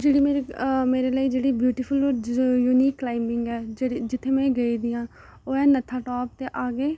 जेह्ड़े मेरे मेरे लेई जेह्ड़े ब्यूटूीफुल होर यूनीक क्लाइमिंग ऐ जेह्ड़े जित्थै मैं गेदी आं ओह् ऐ नत्था टाप ते आगे